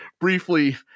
briefly